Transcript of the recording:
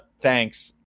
thanks